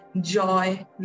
Joy